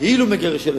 כאילו מגרש ילדים.